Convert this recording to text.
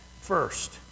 first